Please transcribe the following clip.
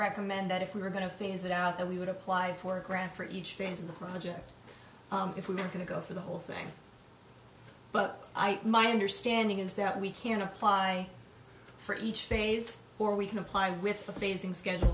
recommend that if we were going to phase it out that we would apply for a grant for each phase of the project if we were going to go for the whole thing but i my understanding is that we can apply for each phase or we can apply with the basing schedule